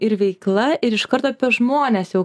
ir veikla ir iškart apie žmones jau